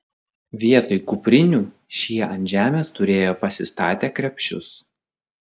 vietoj kuprinių šie ant žemės turėjo pasistatę krepšius